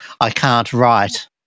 I-can't-write